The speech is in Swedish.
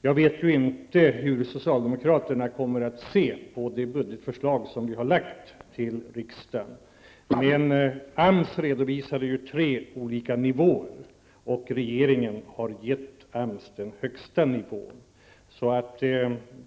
Jag vet inte hur socialdemokraterna kommer att se på det budgetförslag som vi har framlagt för riksdagen. AMS redovisar tre olika nivåer och regeringen har givit AMS den högsta nivån.